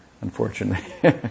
unfortunately